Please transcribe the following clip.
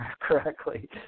correctly